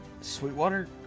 Sweetwater